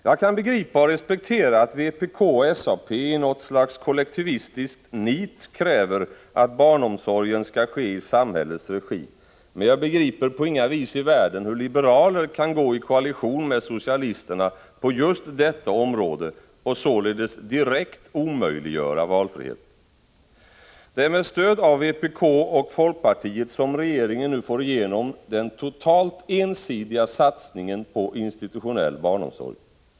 Jag kan begripa och respektera att vpk och SAP i något slags kollektivistiskt nit kräver att barnomsorgen skall ske i samhällets regi, men jag begriper På inga vis i världen hur liberaler kan gå i koalition med socialisterna på just detta område och således omöjliggöra valfrihet. Det är med stöd av vpk och folkpartiet som regeringen nu får igenom den 39 totalt ensidiga satsningen på institutionell barnomsorg.